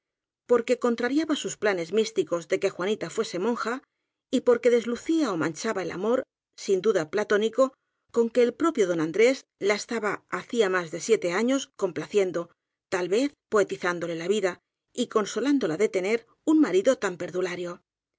que contrariaba sus planes místicos de que juanita fuese monja y porque deslucía ó manchaba el amor sin duda platónico con que el propio don andrés la estaba hacía más de siete años complaciendo tal vez poetizándole la vida y consolándola de te ner un marido tan perdulario